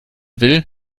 will